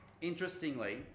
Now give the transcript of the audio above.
Interestingly